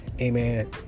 amen